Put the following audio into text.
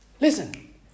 Listen